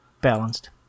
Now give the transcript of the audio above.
balanced